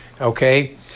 okay